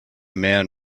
man